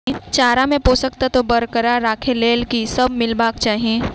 चारा मे पोसक तत्व बरकरार राखै लेल की सब मिलेबाक चाहि?